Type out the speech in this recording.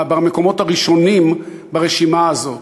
במקומות הראשונים ברשימה הזאת.